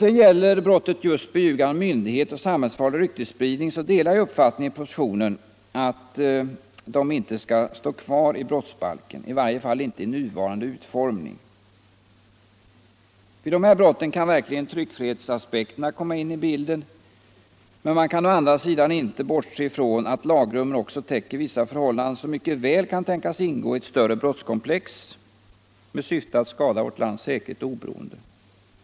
I fråga om just brotten beljugande av myndighet och samhällsfarlig ryktesspridning delar jag uppfattningen i propositionen att de inte skall stå kvar i brottsbalken, i varje fall inte i nuvarande utformning. Vid dessa brott kan tryckfrihetsaspekterna verkligen komma in i bilden. Men man kan å andra sidan inte bortse från att lagrummen också täcker vissa förhållanden som mycket väl kan tänkas ingå i ett större brottskomplex med syfte att skada vårt lands säkerhet och oberoende.